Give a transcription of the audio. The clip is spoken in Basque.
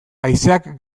haizeak